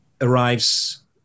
arrives